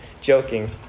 joking